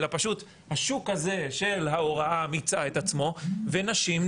פשוט השוק הזה של ההוראה מיצה את עצמו ונשים,